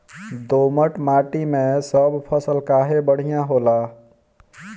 दोमट माटी मै सब फसल काहे बढ़िया होला?